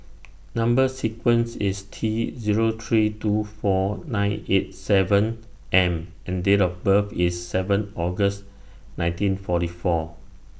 Number sequence IS T Zero three two four nine eight seven M and Date of birth IS seven August nineteen forty four